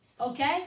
okay